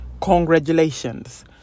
congratulations